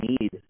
need